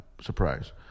Surprise